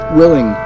willing